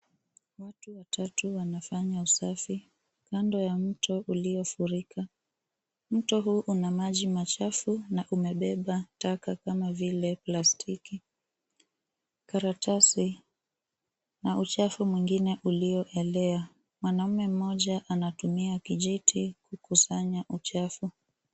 Watu watatu wanfanya usafi kando ya mto uliofurika. Mto huu una maji machafu na umebeba taka kama vile plastiki, karatasi na uchafu mwingine ulioelea. Mwanaume mmoja anatumia kijiti kukusanya uchafu.